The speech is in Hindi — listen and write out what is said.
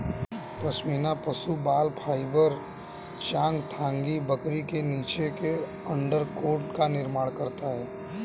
पश्मीना पशु बाल फाइबर चांगथांगी बकरी के नीचे के अंडरकोट का निर्माण करता है